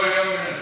אני כל יום מנסה.